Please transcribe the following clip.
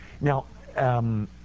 Now